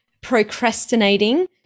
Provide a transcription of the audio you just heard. procrastinating